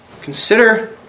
Consider